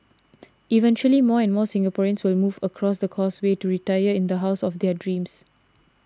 eventually more and more Singaporeans will move across the Causeway to retire in the house of their dreams